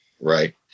right